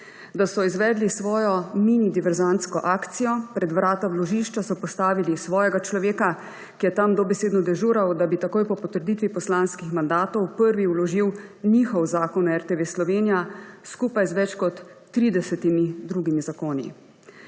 da so izvedli svojo mini diverzantsko akcijo. Pred vrata vložišča so postavili svojega človeka, ki je tam dobesedno dežural, da bi takoj po potrditvi poslanskih mandatov prvi vložil njihov zakon o RTV Slovenija, skupaj z več kot 30 drugimi zakoni.